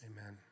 Amen